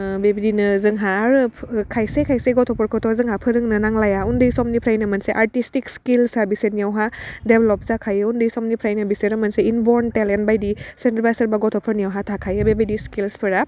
ओह बेबादिनो जोंहा आरो फो खायसे खायसे गथ'फोरखौथ' जोंहा फोरोंनो नांलाया उन्दै समनिफ्रायनो मोनसे आर्टिसटिक्स स्किल्सआ बेसोरनियावहा डेभ्लप जाखायो उन्दै समनिफ्रायनो बिसोरो मोनसे इन बर्न टेलेन्ट बायदि सोरनिबा सोरबा गथ'फोरनियावहा थाखायो बेबायदि स्किल्सफोरा